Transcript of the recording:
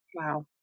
Wow